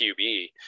QB